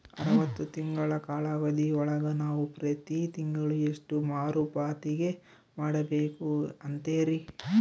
ಅರವತ್ತು ತಿಂಗಳ ಕಾಲಾವಧಿ ಒಳಗ ನಾವು ಪ್ರತಿ ತಿಂಗಳು ಎಷ್ಟು ಮರುಪಾವತಿ ಮಾಡಬೇಕು ಅಂತೇರಿ?